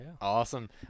Awesome